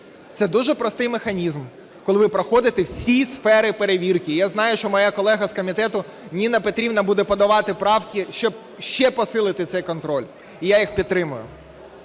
Це дуже простий механізм, коли ви проходите всі сфери перевірки. Я знаю, що моя колега з комітету Ніна Петрівна буде подавати правки, щоб ще посилити цей контроль і я їх підтримую